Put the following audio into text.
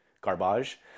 garbage